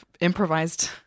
improvised